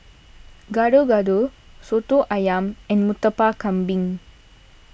Gado Gado Soto Ayam and Murtabak Kambing